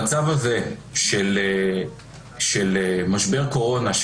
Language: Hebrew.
במצב הזה של משבר קורונה,